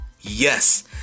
Yes